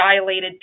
dilated